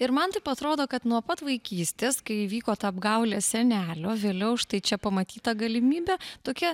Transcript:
ir man taip atrodo kad nuo pat vaikystės kai įvyko ta apgaulė senelio vėliau štai čia pamatyta galimybė tokia